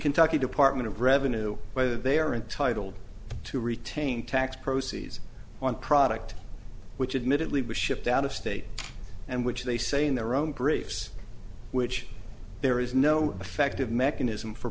kentucky department of revenue whether they are entitled to retain tax proceeds on product which admittedly was shipped out of state and which they say in their own grace which there is no effective mechanism for